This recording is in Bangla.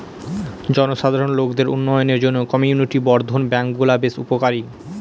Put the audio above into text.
জনসাধারণ লোকদের উন্নয়নের জন্য কমিউনিটি বর্ধন ব্যাঙ্কগুলা বেশ উপকারী